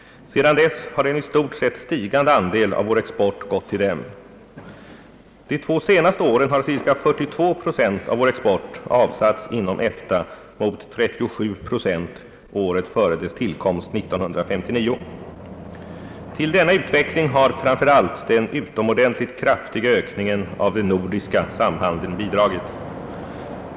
Sedan dess har en i stort sett stigande andel av vår export gått till dem. De två senaste åren har ca 42 procent av vår export avsatts inom EFTA mot 37 procent året före dess tillkomst 1959. Till denna utveckling har framför allt den utomordentligt kraftiga ökningen av den nordiska samhandeln bidragit.